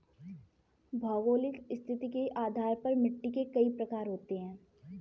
भौगोलिक स्थिति के आधार पर मिट्टी के कई प्रकार होते हैं